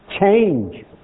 Change